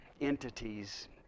entities